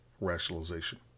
rationalization